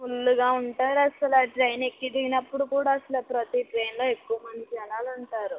ఫుల్గా ఉంటారసల ట్రైన్ ఎక్కి దిగినప్పుడు కూడా అసలు ప్రతీ ట్రైనులో ఎక్కువ మంది జనాలు ఉంటారు